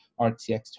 RTX